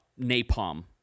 napalm